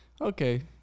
Okay